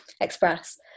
express